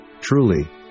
truly